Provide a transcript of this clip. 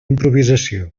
improvisació